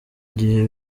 gihe